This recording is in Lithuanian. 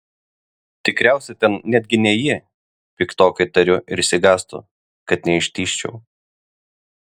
tikriausiai ten netgi ne ji piktokai tariu ir išsigąstu kad neištižčiau